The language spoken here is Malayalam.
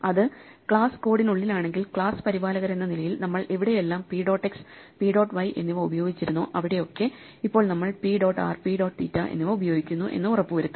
അത് ക്ലാസ് കോഡിനുള്ളിലാണെങ്കിൽ ക്ലാസ് പരിപാലകരെന്ന നിലയിൽ നമ്മൾ എവിടെയെല്ലാം p dot x p dot y എന്നിവ ഉപയോഗിച്ചിരുന്നോ അവിടെയൊക്കെ ഇപ്പോൾ നമ്മൾ p dot r p dot theta എന്നിവ ഉപയോഗിക്കുന്നു എന്ന് ഉറപ്പുവരുത്തും